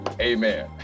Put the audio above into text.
Amen